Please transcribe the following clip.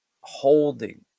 holding